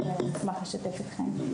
ונשמח לשתף אתכם.